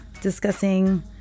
discussing